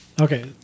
Okay